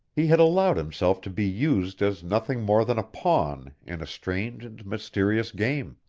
he had allowed himself to be used as nothing more than a pawn in a strange and mysterious game.